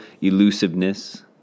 elusiveness